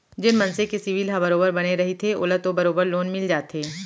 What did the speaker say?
जेन मनसे के सिविल ह बरोबर बने रहिथे ओला तो बरोबर लोन मिल जाथे